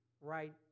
right